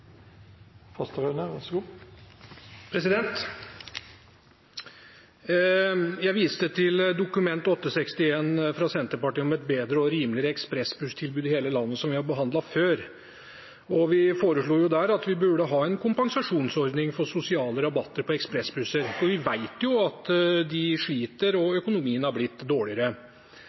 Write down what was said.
i hele landet, som vi har behandlet før. Vi foreslo der at vi burde ha en kompensasjonsordning for sosiale rabatter på ekspressbusser, for vi vet jo at de sliter, og at økonomien har blitt